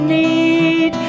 need